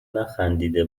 نخندیده